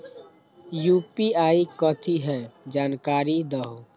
UPI कथी है? जानकारी दहु